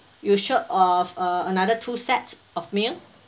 you're short of uh another two sets of meal